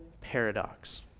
paradox